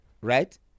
right